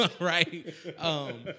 right